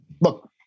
look